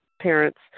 parents